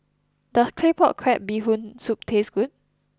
does Claypot Crab Bee Hoon Soup taste good